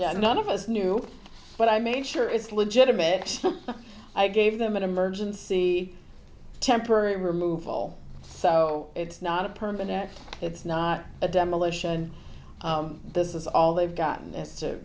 yeah none of us knew but i made sure it's legitimate i gave them an emergency temporary removal so it's not a permanent it's not a demolition this is all they've gotten